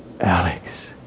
Alex